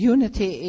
Unity